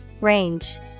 Range